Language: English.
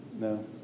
No